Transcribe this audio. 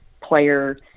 player